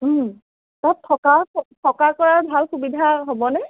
তাত থকা থকা কৰা ভাল সুবিধা হ'বনে